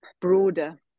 broader